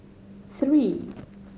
three